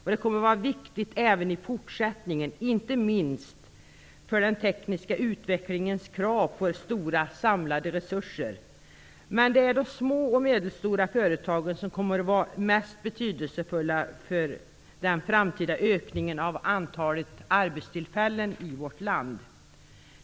De kommer att vara viktiga även i fortsättningen, inte minst för den tekniska utvecklingens krav på stora, samlade resurser. Men det är de små och medelstora företagen som kommer att vara mest betydelsefulla för den framtida ökningen av antalet arbetstillfällen i vårt land.